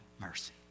mercy